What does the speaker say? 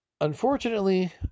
unfortunately